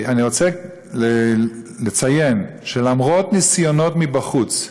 אני רוצה לציין שלמרות ניסיונות מבחוץ,